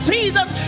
Jesus